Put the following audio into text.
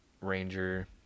ranger